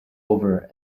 over